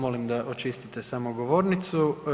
Molim da očistite samo govornicu.